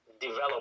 develop